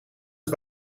het